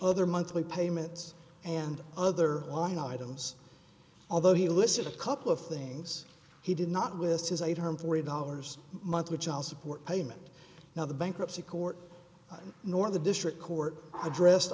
other monthly payments and other long items although he listed a couple of things he did not with his eight hundred forty dollars monthly child support payment now the bankruptcy court nor the district court addressed